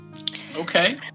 Okay